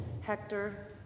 hector